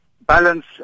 balance